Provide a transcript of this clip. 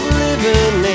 living